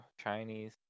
Chinese